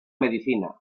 medicina